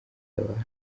yabantu